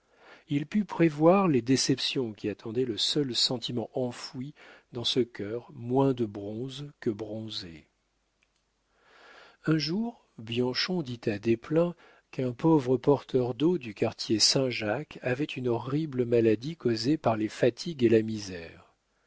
il put prévoir les déceptions qui attendaient le seul sentiment enfoui dans ce cœur moins de bronze que bronzé un jour bianchon dit à desplein qu'un pauvre porteur d'eau du quartier saint-jacques avait une horrible maladie causée par les fatigues et la misère